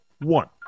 one